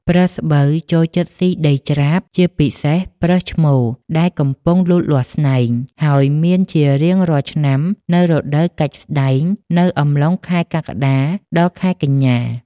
ប្រើសស្បូវចូលចិត្តស៊ីដីច្រាប ជាពិសេសប្រើសឈ្មោលដែលកំពុងលូតលាស់ស្នែង ហើយមានជារៀងរាល់ឆ្នាំនៅរដូវកាច់ស្តែងនៅអំឡុងខែកក្កដា ដល់ខែកញ្ញា។